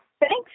Thanks